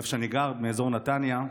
מאזור נתניה,